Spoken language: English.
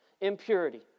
impurity